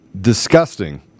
disgusting